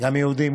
גם יהודים,